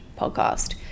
podcast